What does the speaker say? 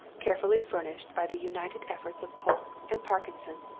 carefully furnished by the united efforts of polke and parkinson,